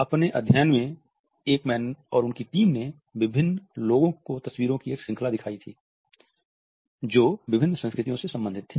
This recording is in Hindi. अपने अध्ययन में एकमैन और उनकी टीम ने विभिन्न लोगों को तस्वीरों की एक श्रृंखला दिखाई थी जो विभिन्न संस्कृतियों से संबंधित थी